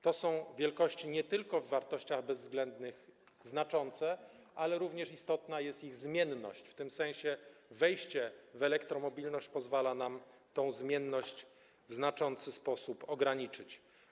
To są nie tylko wielkości znaczące w wartościach bezwzględnych, ale również istotna jest ich zmienność, w tym sensie wejście w elektromobilność pozwala nam tę zmienność w znaczący sposób ograniczyć.